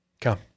Come